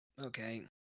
Okay